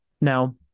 Now